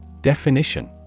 Definition